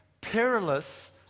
perilous